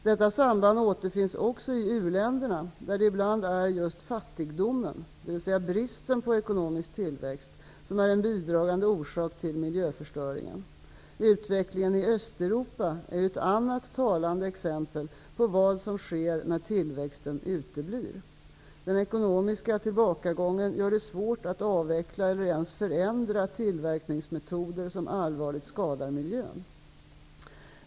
Detta samband återfinns också i u-länderna där det ibland är just fattigdomen, dvs. bristen på ekonomisk tillväxt, som är en bidragande orsak till miljöförstöringen. Utvecklingen i Östeuropa är ett annat talande exempel på vad som sker när tillväxten uteblir. Den ekonomiska tillbakagången gör det svårt att avveckla eller ens förändra tillverkningsmetoder som allvarligt skadar miljön.